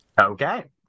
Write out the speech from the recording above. okay